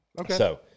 Okay